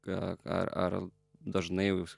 ką ar ar dažnai jūs